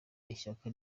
ishyaka